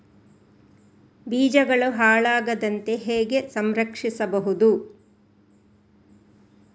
ಬೀಜಗಳು ಹಾಳಾಗದಂತೆ ಹೇಗೆ ಸಂರಕ್ಷಿಸಬಹುದು?